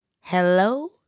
hello